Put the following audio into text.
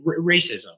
racism